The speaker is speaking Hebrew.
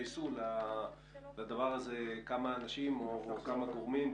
שיגייסו לדבר הזה כמה אנשים או כמה גורמים.